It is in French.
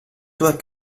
toi